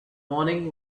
morning